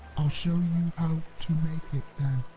i'll show you how to make it then.